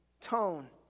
tone